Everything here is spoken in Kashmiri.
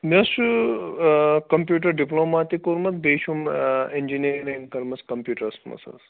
مےٚ حظ چھُ کَمپیوٗٹَر ڈِپلوما تہِ کوٚرمُت بیٚیہِ چھُم اِنجیٖنرِنٛگ کٔرمٕژ کَمپیوٗٹَرَس منٛز حظ